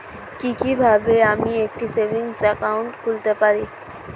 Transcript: কি কিভাবে আমি একটি সেভিংস একাউন্ট খুলতে পারি?